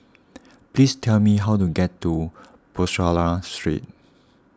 please tell me how to get to Bussorah Street